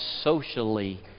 socially